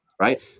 right